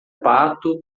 pato